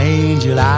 angel